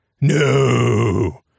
No